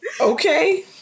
Okay